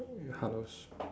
hellos